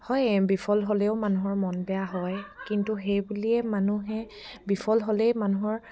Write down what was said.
হয় বিফল হ'লেও মানুহৰ মন বেয়া হয় কিন্তু সেই বুলিয়ে মানুহে বিফল হ'লেই মানুহৰ